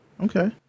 Okay